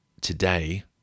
today